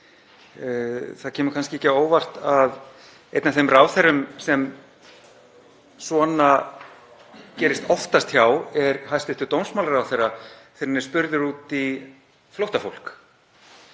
Það kemur kannski ekki á óvart að einn af þeim ráðherrum sem svona gerist oftast hjá er hæstv. dómsmálaráðherra þegar hann er spurður út í flóttafólk.